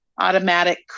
automatic